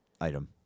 item